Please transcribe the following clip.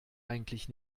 eigentlich